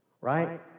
right